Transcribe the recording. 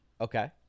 Okay